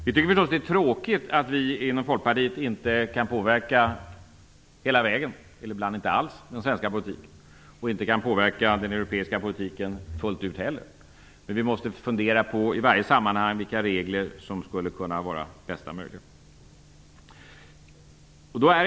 Vi tycker förstås att det är tråkigt att vi i Folkpartiet inte hela vägen, och ibland inte alls, kan påverka den svenska politiken. Inte heller kan vi påverka den europeiska politiken fullt ut. Vi måste i varje sammanhang fundera över vilka regler som skulle kunna vara de bästa möjliga.